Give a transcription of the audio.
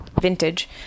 Vintage